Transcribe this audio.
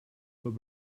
were